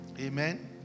Amen